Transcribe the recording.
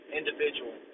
individual